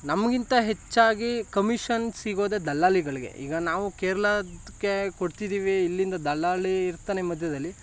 ನಮಗಿಂತ ಹೆಚ್ಚಾಗಿ ಕಮಿಷನ್ ಸಿಗೋದೇ ದಲ್ಲಾಳಿಗಳಿಗೆ ಈಗ ನಾವು ಕೇರ್ಲಾದ್ಕೆ ಕೊಡ್ತಿದ್ದೀವಿ ಇಲ್ಲಿಂದ ದಲ್ಲಾಳಿ ಇರ್ತಾನೆ ಮಧ್ಯದಲ್ಲಿ